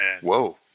Whoa